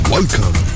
Welcome